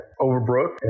Overbrook